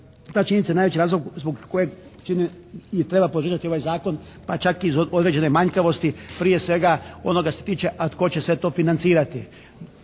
ta činjenica je najveći razlog zbog kojeg i treba pročitati ovaj zakon pa čak iz određene manjkavosti prije svega onoga što se tiče a tko će to sve financirati?